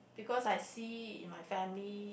because I see my family